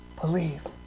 believe